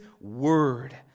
Word